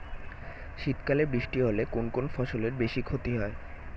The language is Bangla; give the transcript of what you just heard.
শীত কালে বৃষ্টি হলে কোন কোন ফসলের বেশি ক্ষতি হয়?